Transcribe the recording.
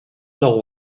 nord